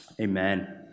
Amen